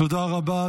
תודה רבה.